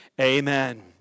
Amen